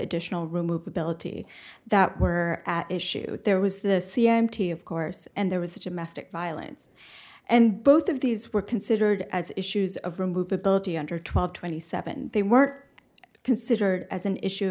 additional remove ability that were at issue there was the c m t of course and there was domestic violence and both of these were considered as issues of remove ability under twelve twenty seven they were considered as an issue